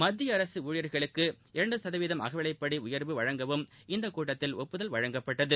மத்திய அரசு ஊழியர்களுக்கு இரண்டு சதவீதம் அகவிலைப்படி உயர்வு வழங்கவும் இந்த கூட்டத்தில் ஒப்புதல் அளிக்கப்பட்டது